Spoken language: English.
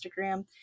Instagram